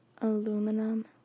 aluminum